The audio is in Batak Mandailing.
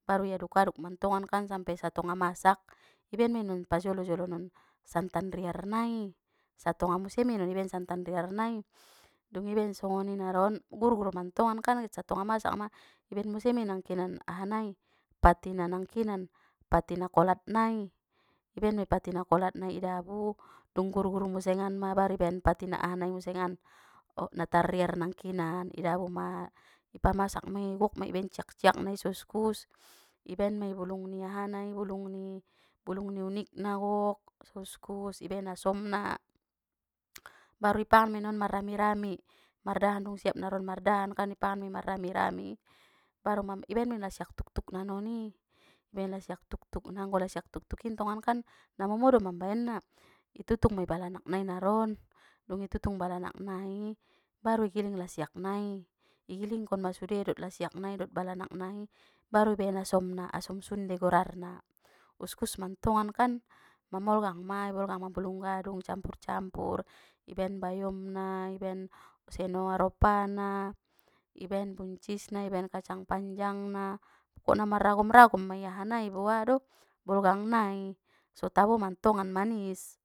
Baru iaduk aduk mantongan kan sampe satonga masak ibaen me non pajolo jolo non santan riar nai, satonga muse mei non ibaen santan riar nai, dung ibaen songoni naron, gur gur mantongan kan get satonga masak ma, ibaen muse mei nangkinan aha nai, pati na nangkinan pati na kolat nai, i baen mei pati na kolat nai idabu, dung gur gur musenganma baru ibaen pati na aha nai musengan, o natarriar nagkinan i dabu ma, i pamasak mei gok mei ibaen ciak ciak nai i so uskus, i baen mei bulung ni ahana bulung ni bulung ni unikna gok, so uskus ibaen asomna, baru ipangan menon marami rami, mar dahan dung siap naron mardahan kan i pangan mei marami rami, baru mam- ibaen mei lasiak tuk tukna non i, i baen lasiak tuk tukna anggo lasiak tuk tuk intong ngan kan, namomo do mamabenna, i tutung mei balanak nai naron, dung i tutung balanak nai, baru igiling lasiak nai, i gilingkon ma sude dot lasik nai dot balanak nai, baru ibaen asomna asom sunde golarna, uskus mantongan kan, mamolgang ma i bolgang bulung gadung campur campur, ibaen bayomna, i baen seno eropana, i baen buncisna ibaen kacang panjangna, pokokna marragom ragom ma iaha nai bo aha do bolgang nai, so tabo mantongan manis.